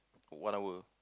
one hour